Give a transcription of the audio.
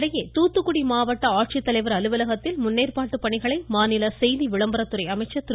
இதனிடையே தூத்துக்குடி மாவட்ட ஆட்சித்தலைவர் அலுவலகத்தில் முன்னேற்பாட்டு பணிகளை மாநில செய்தி விளம்பரத்துறை அமைச்சர் திரு